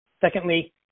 Secondly